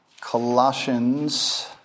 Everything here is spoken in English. Colossians